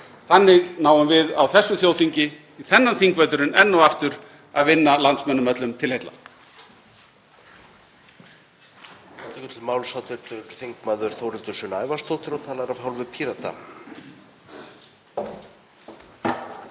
Þannig náum við á þessu þjóðþingi þennan þingveturinn enn og aftur að vinna landsmönnum öllum til heilla.